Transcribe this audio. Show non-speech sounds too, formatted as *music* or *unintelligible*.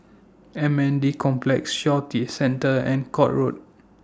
M N D Complex Shaw *unintelligible* Centre and Court Road